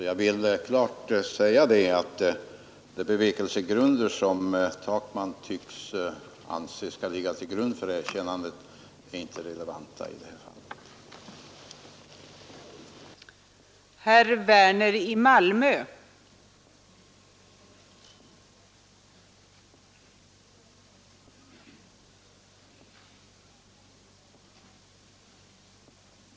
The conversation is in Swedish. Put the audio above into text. Jag vill klart säga att de bevekelsegrunder som herr Takman tycks anse skall ligga till grund för erkännande inte är relevanta i det här fallet.